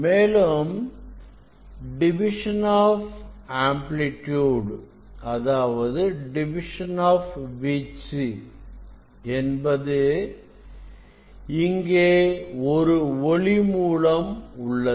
மேலும் division of வீச்சு என்பது இங்கே ஒரு ஒளி மூலம் உள்ளது